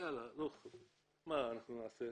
מה נעשה?